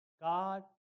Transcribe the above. God